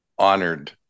honored